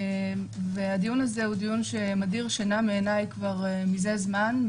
והדיון הזה דיון שמדיר שינה מעיניי כבר מזה זמן,